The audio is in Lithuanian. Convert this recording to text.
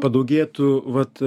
padaugėtų vat